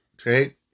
Okay